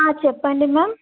చెప్పండి మ్యామ్